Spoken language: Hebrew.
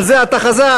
על זה אתה חזק?